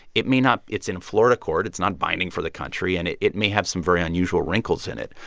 it may not it's in a florida court. it's not binding for the country. and it it may have some very unusual wrinkles in it.